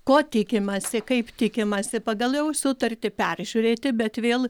ko tikimasi kaip tikimasi pagal jau sutartį peržiūrėti bet vėl